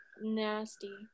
Nasty